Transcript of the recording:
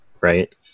right